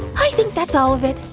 i think that's all of it!